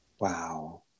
Wow